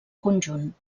conjunt